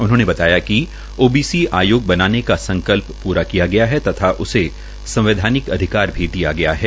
उन्होंने बताया कि ओबीसी आयोग बनाने का संकल्प पूरा किया गया है तथा उसे संवैधानिक अधिकार भी दिया गया है